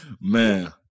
Man